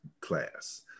class